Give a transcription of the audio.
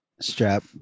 strap